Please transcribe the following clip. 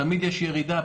תמיד יש ירידה,